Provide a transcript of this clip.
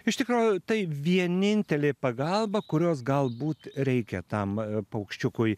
iš tikro tai vienintelė pagalba kurios galbūt reikia tam paukščiukui